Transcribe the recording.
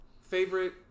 favorite